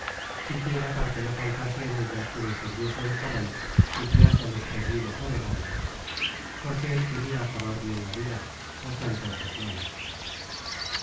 isla siquiera para que no faltase en ella quien encendiese el farol que guiase á los perdidos navegantes porque él queria acabar bien la vida hasta entonces mala